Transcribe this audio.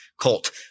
colt